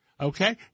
Okay